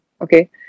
okay